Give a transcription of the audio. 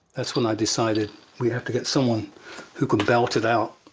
that's when i decided we have to get someone who can belt it out